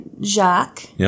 Jacques